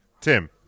Tim